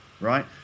right